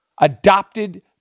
adopted